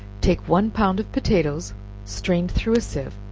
take one pound of potatoes strained through a sieve,